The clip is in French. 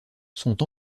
sont